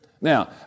Now